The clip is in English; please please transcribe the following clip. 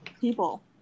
people